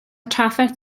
trafferth